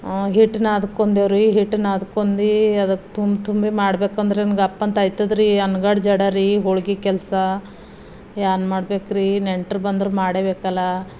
ಹಿಟ್ಟನ್ನ ಅದ್ದುಕೊಂಡಿರಿ ಹಿಟ್ಟನ್ನು ಅದ್ದುಕ್ಕೊಂಡು ಅದಕ್ಕೆ ತುಂಬಿ ತುಂಬಿ ಮಾಡ್ಬೇಕಂದ್ರೆ ಅಪ್ಪಂತ ಆಯ್ತದ್ರೀ ಅನ್ಗಡ್ ಜಡ ರೀ ಹೋಳಿಗೆ ಕೆಲಸ ಏನ್ ಮಾಡ್ಬೇಕ್ರೀ ನೆಂಟ್ರು ಬಂದ್ರೆ ಮಾಡ್ಲೇಬೇಕಲ್ಲ